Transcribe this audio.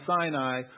Sinai